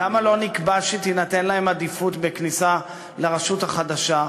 למה לא נקבע שתינתן להם עדיפות בכניסה לרשות החדשה?